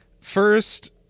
first